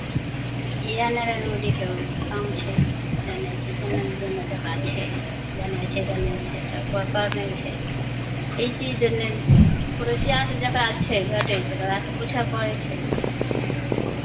इएह नरेन्द्र मोदीके काम छै देनाइ छै जनधन योजना छै लेनाइ छै देनाइ छै सभकिछु करनाइ छै ई चीज देनाइ पड़ोसियासभ जकरा छै भेटै छै तऽ ओकरासँ पूछय पड़ै छै